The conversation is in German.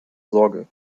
sorge